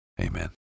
amen